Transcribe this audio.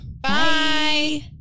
Bye